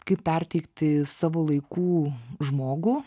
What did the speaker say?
kaip perteikti savo laikų žmogų